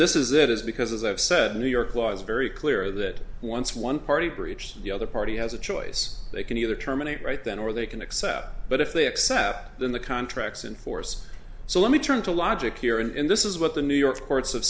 this is it is because as i've said new york law is very clear that once one party breached the other party has a choice they can either terminate right then or they can accept but if they accept then the contracts in force so let me turn to logic here and this is what the new york courts have